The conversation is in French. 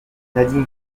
nadine